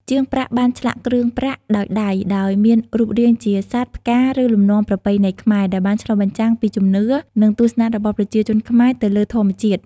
ជាងប្រាក់បានឆ្លាក់គ្រឿងប្រាក់ដោយដៃដោយមានរូបរាងជាសត្វ ផ្កា ឬលំនាំប្រពៃណីខ្មែរ ដែលបានឆ្លុះបញ្ចាំងពីជំនឿ និងទស្សនៈរបស់ប្រជាជនខ្មែរទៅលើធម្មជាតិ។